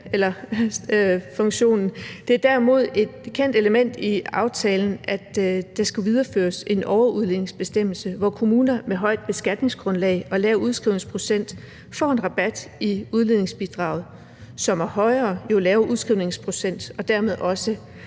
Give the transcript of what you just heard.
overudligningsfunktionen. Det er derimod et kendt element i aftalen, at der skal videreføres en overudligningsbestemmelse, hvor kommuner med højt beskatningsgrundlag og lav udskrivningsprocent får en rabat i udligningsbidraget, som er højere, jo lavere udskrivningsprocenten er, og dermed også